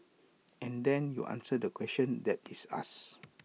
and then you answer the question that is asked